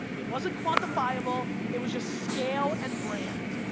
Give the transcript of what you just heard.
it wasn't quantifiable, it was just scale and brand.